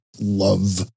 love